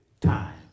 time